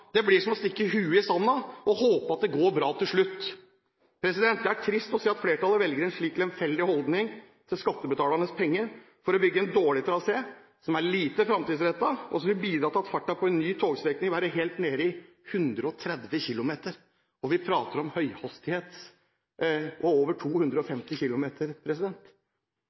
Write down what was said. Det blir som å stikke hodet i sanden og håpe på at det går bra til slutt. Det er trist å se at flertallet velger en slik lemfeldig holdning til skattebetalernes penger for å bygge en dårlig trasé, som er lite fremtidsrettet, og som vil bidra til at farten på en ny togstrekning vil være helt nede i 130 km/t – og vi prater om høyhastighet på over 250